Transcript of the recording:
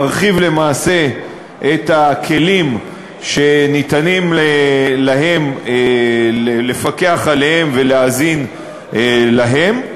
מרחיבים למעשה את הכלים שניתנים להם לפקח עליהם ולהאזין להם,